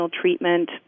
treatment